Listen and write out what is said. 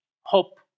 hope